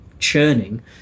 Churning